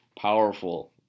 powerful